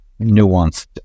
nuanced